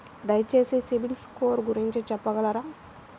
దయచేసి CIBIL score గురించి చెప్పగలరా?